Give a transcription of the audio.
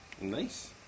Nice